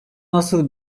nasıl